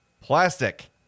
plastic